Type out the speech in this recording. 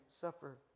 suffer